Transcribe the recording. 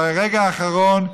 ברגע האחרון,